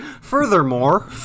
Furthermore